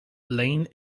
lane